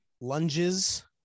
lunges